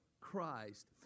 Christ